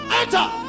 enter